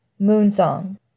Moonsong